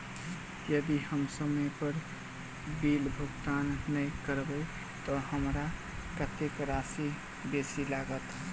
यदि हम समय पर बिल भुगतान नै करबै तऽ हमरा कत्तेक राशि बेसी लागत?